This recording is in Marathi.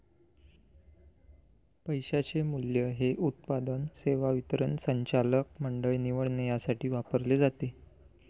पैशाचे मूल्य हे उत्पादन, सेवा वितरण, संचालक मंडळ निवडणे यासाठी वापरले जाते